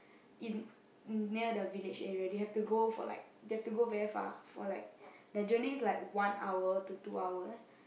in near the village area they have to go for like they have to go very far for like their journey is like one hour to two hours